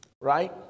Right